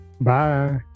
Bye